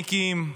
המילואימניקים.